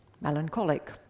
melancholic